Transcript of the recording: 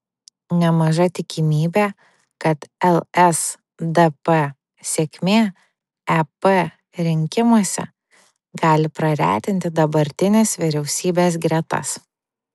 nemaža tikimybė kad lsdp sėkmė ep rinkimuose gali praretinti dabartinės vyriausybės gretas